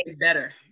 better